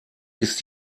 ist